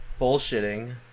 bullshitting